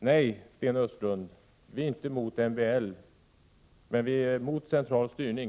Nej, Sten Östlund, vi är inte emot MBL. Men vi är emot central styrning.